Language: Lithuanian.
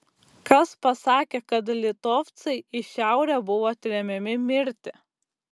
kas pasakė kad litovcai į šiaurę buvo tremiami mirti